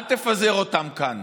אל תפזר אותם כאן.